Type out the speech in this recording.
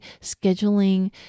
scheduling